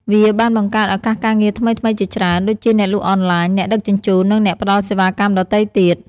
វាបានបង្កើតឱកាសការងារថ្មីៗជាច្រើន ដូចជាអ្នកលក់អនឡាញ អ្នកដឹកជញ្ជូន និងអ្នកផ្តល់សេវាកម្មដទៃទៀត។